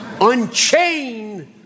Unchain